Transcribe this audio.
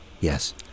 Yes